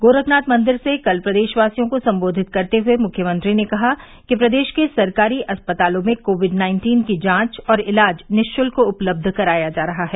गोरखनाथ मंदिर से कल प्रदेशवासियों को संबोधित करते हए मुख्यमंत्री ने कहा कि प्रदेश के सरकारी अस्पतालों में कोविड नाइन्टीन की जांच और इलाज निःशुल्क उपलब्ध कराया जा रहा है